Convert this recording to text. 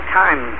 time